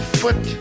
foot